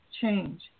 change